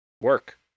Work